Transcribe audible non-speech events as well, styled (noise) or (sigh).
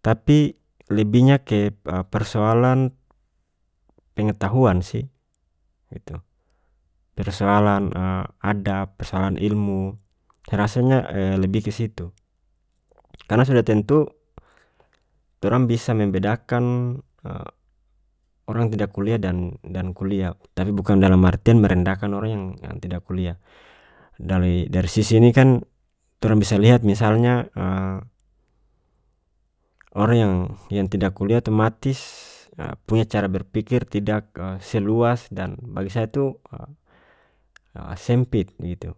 Tapi lebihnya ke persoalan pengetahuan sih itu persoalan (hesitation) adab persoalan ilmu saya rasanya (hesitation) lebih kesitu karena sudah tentu torang bisa membedakan (hesitation) orang tidak kuliah dan- dan kuliah tapi bukan dalam artian merendahkan orang yang- yang tidak kuliah dali- dari sisi ini kan torang bisa lihat misalnya (hesitation) orang yang- yang tidak kuliah otomatis (hesitation) punya cara berpikir tidak (hesitation) seluas dan bagi saya tu (hesitation) (hesitation) sempit bgitu